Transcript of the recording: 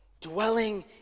dwelling